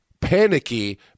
panicky